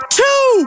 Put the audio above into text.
two